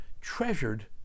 treasured